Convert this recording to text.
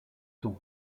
sont